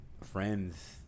friends